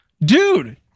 dude